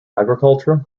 agriculture